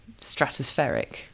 stratospheric